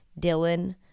Dylan